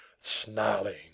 snarling